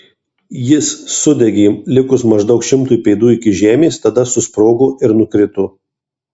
jis sudegė likus maždaug šimtui pėdų iki žemės tada susprogo ir nukrito